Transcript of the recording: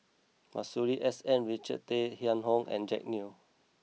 Masuri S N Richard Tay Tian Hoe and Jack Neo